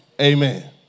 Amen